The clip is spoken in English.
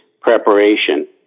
preparation